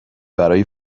برای